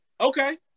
Okay